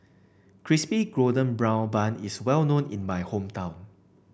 Crispy Golden Brown Bun is well known in my hometown